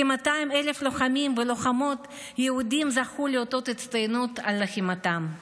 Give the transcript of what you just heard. כ-200,000 לוחמים ולוחמות יהודים זכו לאותות הצטיינות על לחימתם.